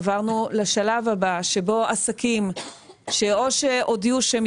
עברנו לשלב הבא שבו עסקים שאו שהודיעו שהם